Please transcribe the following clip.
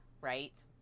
right